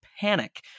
panic